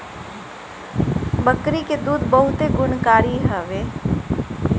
बकरी के दूध बहुते गुणकारी हवे